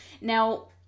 Now